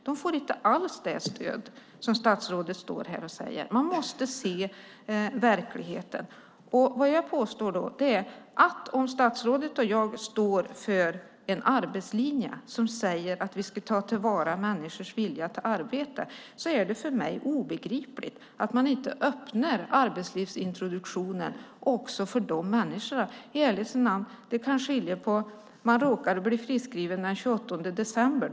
De får inte alls det stöd som statsrådet pratar om. Man måste se verkligheten. Jag påstår att om statsrådet och jag står för en arbetslinje som säger att vi ska ta till vara människors vilja till arbete är det för mig obegripligt att man inte öppnar arbetslivsintroduktionen också för dessa människor. Det kan i ärlighetens namn skilja väldigt lite. Man kan råka bli friskskriven den 28 december.